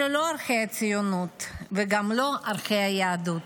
אלה לא ערכי הציונות וגם לא ערכי היהדות.